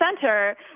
center